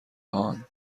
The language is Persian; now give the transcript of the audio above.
هان